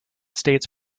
states